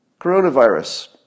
Coronavirus